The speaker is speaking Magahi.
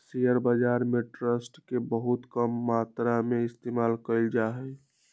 शेयर बाजार में ट्रस्ट के बहुत कम मात्रा में इस्तेमाल कइल जा हई